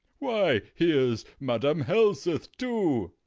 why, here's madam helseth too.